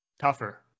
Tougher